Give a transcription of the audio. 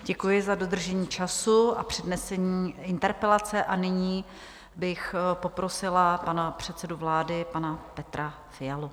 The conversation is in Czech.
Děkuji za dodržení času a přednesení interpelace a nyní bych poprosila pana předsedu vlády, pana Petra Fialu.